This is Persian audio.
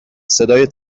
صدای